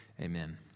Amen